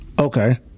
Okay